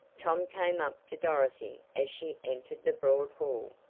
tom came up to dorothy as she entered the broad hall.